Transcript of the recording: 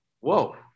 whoa